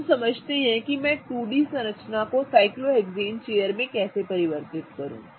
अब हम समझते हैं कि मैं एक 2D संरचना को साइक्लोहेक्सेन चेयर में कैसे परिवर्तित करूं